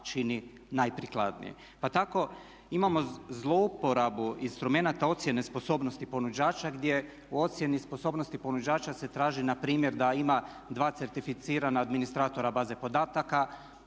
čini najprikladniji. Pa tako imamo zlouporabu instrumenata ocjene sposobnosti ponuđača gdje u ocjeni sposobnosti ponuđača se traži npr. da ima dva certificirana administratora baze podataka